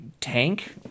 tank